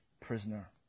prisoner